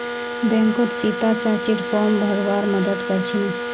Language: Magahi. बैंकत सीता चाचीर फॉर्म भरवार मदद कर छिनु